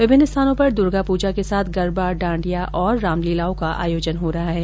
विभिन्न स्थानों पर दुर्गा पूजा के साथ गरबा डांडिया और राम लीलाओं का आयोजन किया जा रहा है